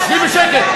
תשבי בשקט.